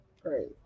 Great